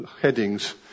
headings